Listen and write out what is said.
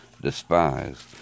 despised